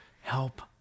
help